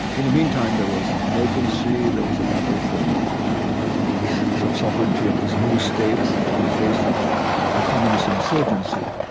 in the meantime there was an emergency, there was a battle for the so sovereignty of this new state in the face of the communist insurgency.